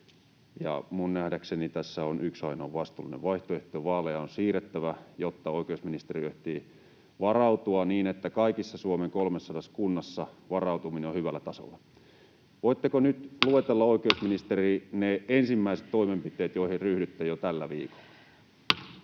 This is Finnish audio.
Ja minun nähdäkseni tässä on yksi ainoa vastuullinen vaihtoehto: vaaleja on siirrettävä, jotta oikeusministeriö ehtii varautua niin, että kaikissa Suomen 300 kunnassa varautuminen on hyvällä tasolla. Voitteko nyt luetella, oikeusministeri, ne ensimmäiset toimenpiteet, joihin ryhdytte jo tällä viikolla?